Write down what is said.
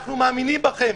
אנחנו מאמינים בכם,